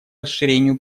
расширению